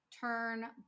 turn